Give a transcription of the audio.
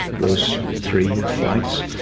those three flights,